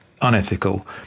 unethical